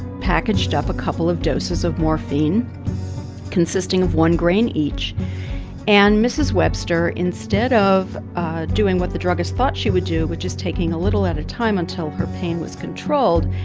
packaged up a couple of doses of morphine consisting of one grain each and mrs. webster, instead of doing what the druggist thought she would do, which is taking a little at a time until her pain was controlled,